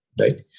right